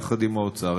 יחד עם האוצר,